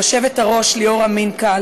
ליושבת-ראש ליאורה מינקה,